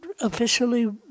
officially